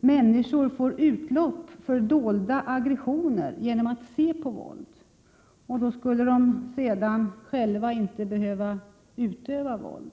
människor får utlopp för dolda aggressioner genom att se på våld, och sedan skulle de inte själva behöva utöva våld.